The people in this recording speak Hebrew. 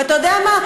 ואתה יודע מה?